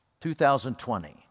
2020